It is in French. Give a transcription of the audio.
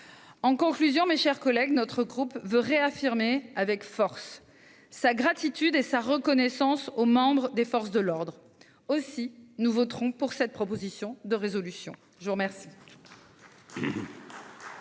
En conclusion, mes chers collègues, le groupe RDSE veut réaffirmer avec force sa gratitude et sa reconnaissance aux membres des forces de l'ordre. Aussi, ses membres voteront pour cette proposition de résolution. La parole